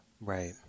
Right